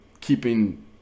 keeping